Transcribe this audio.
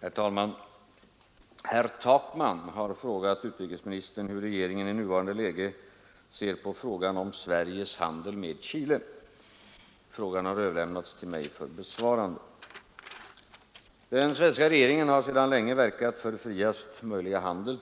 Herr talman! Herr Takman har frågat utrikesministern hur regeringen i nuvarande läge ser på frågan om Sveriges handel med Chile. Frågan har överlämnats till mig för besvarande. Den svenska regeringen har sedan länge verkat för friaste möjliga handel.